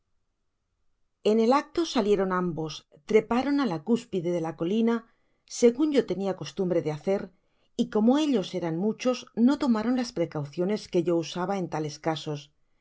en el acto salieron ambos treparon á la cúspide de la colina segun yo tenia costumbre de hacer y como ellos eran muchos no tomaron las precauciones que yo usaba en tales caso